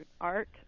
art